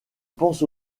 pense